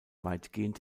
weitgehend